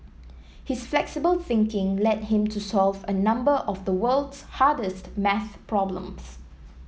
his flexible thinking led him to solve a number of the world's hardest math problems